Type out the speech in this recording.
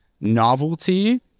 Novelty